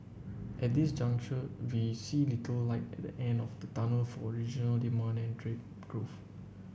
at this juncture we see little light at the end of the tunnel for regional demand and trade growth